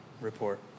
report